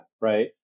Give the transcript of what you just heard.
right